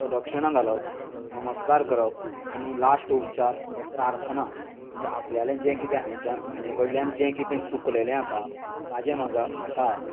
प्रदक्षिणा घालप नमस्कार करप आनी लास्ट उपचार प्रार्थना म्हणजें आपल्यालें जें कितें हांगच्यान म्हाजे कडल्यान जें कितें चुकलेंलें आसा ताजें म्हजा म्हाका